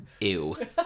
ew